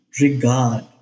regard